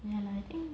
ya lah I think